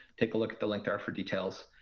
take a look at the link there for details.